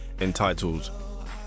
entitled